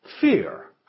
fear